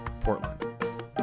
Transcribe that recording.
Portland